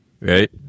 right